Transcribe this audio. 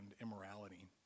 immorality